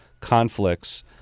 conflicts